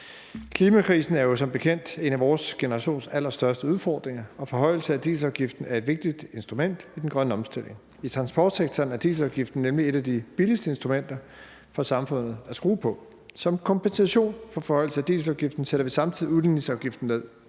Klimakrisen er jo som bekendt en af vores generations allerstørste udfordringer, og en forhøjelse af dieselafgiften er et vigtigt instrument i den grønne omstilling. I transportsektoren er dieselafgiften nemlig et af de billigste instrumenter for samfundet at skrue på. Som kompensation for forhøjelse af dieselafgiften sætter vi samtidig udligningsafgiften ned.